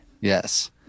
Yes